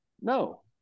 No